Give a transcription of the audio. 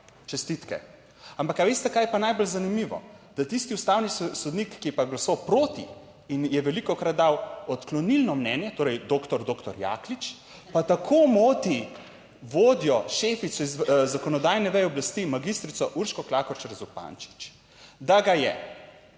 Čestitke. Ampak, a veste kaj je pa najbolj zanimivo? Da tisti ustavni sodnik, ki pa je glasoval proti in je velikokrat dal odklonilno mnenje, doktor doktor Jaklič, pa tako moti vodjo šefico zakonodajne veje oblasti, magistrico Urško Klakočar Zupančič, da ga je,